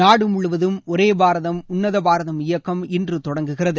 நாடு முழுவதும் ஒரே பாரதம் உன்னத பாரதம் இயக்கம் இன்று தொடங்குகிறது